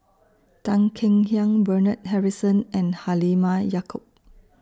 Tan Kek Hiang Bernard Harrison and Halimah Yacob